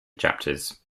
chapters